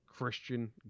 Christian